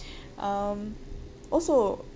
um also